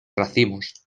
racimos